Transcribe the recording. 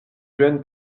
jeune